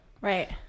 right